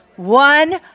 One